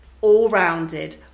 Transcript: all-rounded